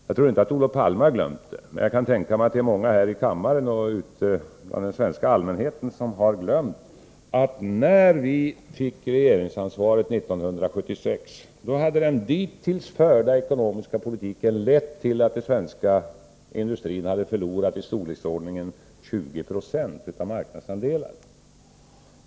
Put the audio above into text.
Jag tror inte att Olof Palme har glömt det, men jag kan tänka mig att det är många här i kammaren och ute bland den svenska allmänheten som har glömt att när vi fick regeringsansvaret 1976, hade den dittills förda ekonomiska politiken lett till att den svenska industrin hade förlorat i storleksordningen 2096 av marknadsandelarna.